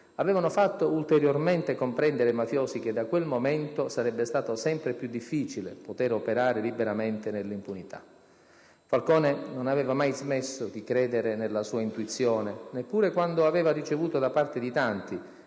avevano fatto ulteriormente comprendere ai mafiosi che da quel momento sarebbe stato sempre più difficile poter operare liberamente nell'impunità. Falcone non aveva mai smesso di credere nella sua intuizione, neppure quando aveva ricevuto da parte di tanti,